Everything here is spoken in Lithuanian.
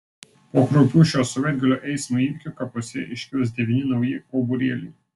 po kraupių šio savaitgalio eismo įvykių kapuose iškils devyni nauji kauburėliai